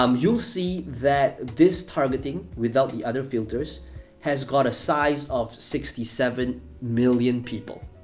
um you'll see that this targeting without the other filters has got a size of sixty seven million people,